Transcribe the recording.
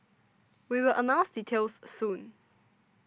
we will announce details soon